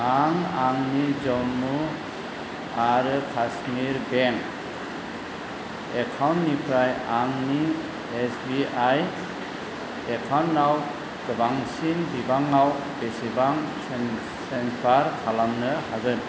आं आंनि जम्मु आरो कास्मिर बेंक एकाउन्टनिफ्राय आंनि एसबिआइ एकाउन्टाव गोबांसिन बिबाङाव बेसेबां ट्रेन्सफार खालामनो हागोन